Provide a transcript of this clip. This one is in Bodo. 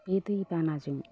बे दै बानाजों